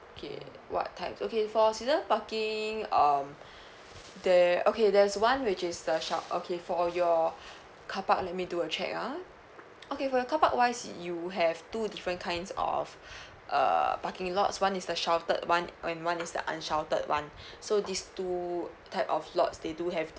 okay what types okay for season parking um there okay there's one which is the shelled okay for your carpark let me do a check ah okay for your carpark wise you have two different kinds of err parking lots one is the sheltered one and one is the unsheltered one so these two type of lots they do have